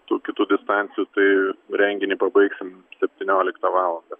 tų kitų distancijų tai renginį pabaigsim septynioliktą valandą